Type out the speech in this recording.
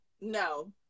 No